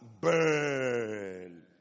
burn